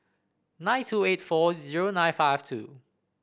nine two eight four zero nine five two